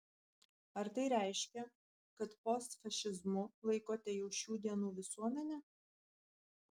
ar tai reiškia kad postfašizmu laikote jau šių dienų visuomenę